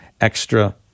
extra